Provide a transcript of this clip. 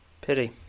pity